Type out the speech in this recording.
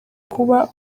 kuba